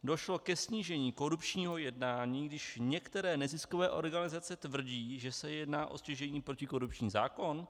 Došlo ke snížení korupčního jednání, když některé neziskové organizace tvrdí, že se jedná o stěžejní protikorupční zákon?